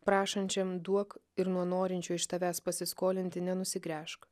prašančiam duok ir nuo norinčių iš tavęs pasiskolinti nenusigręžk